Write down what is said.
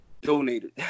donated